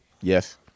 yes